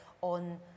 on